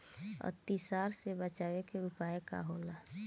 अतिसार से बचाव के उपाय का होला?